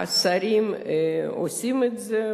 השרים עושים את זה.